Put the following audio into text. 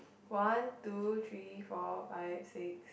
one two three four five six